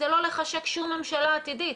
זה לא לחשק שום ממשלה עתידית.